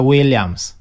Williams